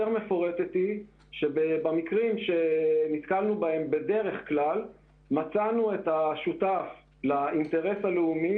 במקרים שנתקלנו בהם מצאנו את השותף לאינטרס הלאומי